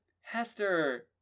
hester